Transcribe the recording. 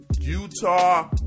Utah